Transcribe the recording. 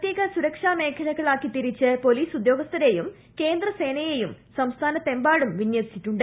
പ്രത്യേക സുരക്ഷാ മേഖലകളാക്കി തിരിച്ച് പോലീസ് ഉദ്യോഗസ്ഥരെയും കേന്ദ്രസേനയെയും സംസ്ഥാനത്തെമ്പാടും വിന്യസിച്ചിട്ടുണ്ട്